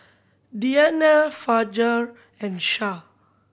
Diyana Fajar and Shah